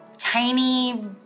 Tiny